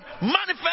manifest